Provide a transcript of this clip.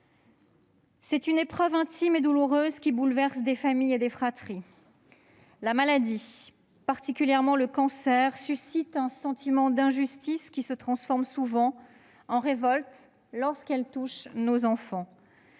morale. Épreuve intime et douloureuse qui bouleverse des familles et des fratries, la maladie, particulièrement le cancer, suscite un sentiment d'injustice, qui se transforme souvent en révolte lorsqu'elle touche nos enfants.